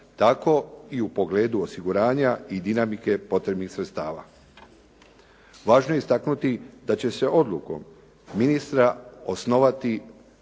tako i u pogledu osiguranja i dinamike potrebnih sredstava. Važno je istaknuti da će se odlukom ministra osnovati